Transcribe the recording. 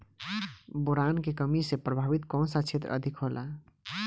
Boron के कमी से प्रभावित कौन सा क्षेत्र अधिक होला?